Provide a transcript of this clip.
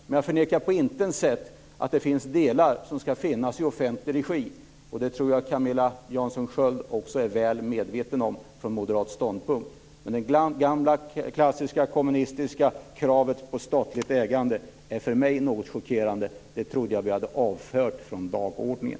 Men jag förnekar på intet sätt att det finns delar som ska vara i offentlig regi, och det tror jag att Camilla Jansson Sköld också är väl medveten om är den moderata ståndpunkten. Men det gamla klassiska kommunistiska kravet på statligt ägande är för mig något chockerande. Det trodde jag att vi hade avfört från dagordningen.